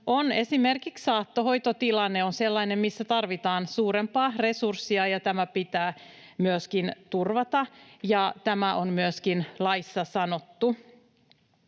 esimerkiksi saattohoitotilanne on sellainen, missä tarvitaan suurempaa resurssia, ja tämä pitää myöskin turvata, ja tämä on myöskin laissa sanottu.